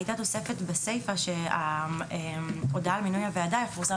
הייתה תוספת בסיפה שההודעה על מינוי הוועדה תפורסם